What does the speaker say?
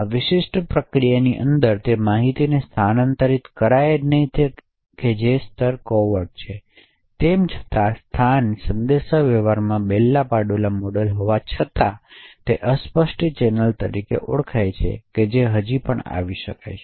આ વિશિષ્ટ પ્રક્રિયાની અંદર તે માહિતીને સ્થાનાંતરિત કરાઈ નથી જે સ્તર કોવેર્ટ છે તેમ છતાં સ્થાન સંદેશાવ્યવહારમાં બેલ લાપડુલા મોડેલ હોવા છતાં તે અસ્પષ્ટ ચેનલો તરીકે ઓળખાય છે તે હજી પણ આવી શકે છે